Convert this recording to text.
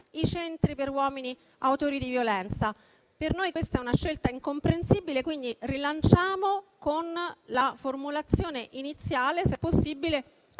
i centri per uomini autori di violenza. Per noi questa è una scelta incomprensibile, quindi rilanciamo la formulazione iniziale, chiedendo, se possibile,